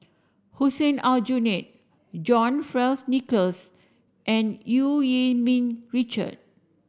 Hussein Aljunied John Fearns Nicolls and Eu Yee Ming Richard